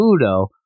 Budo